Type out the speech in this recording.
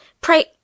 pray